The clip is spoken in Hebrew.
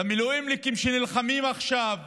למילואימניקים שנלחמים עכשיו